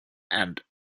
and